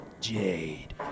Jade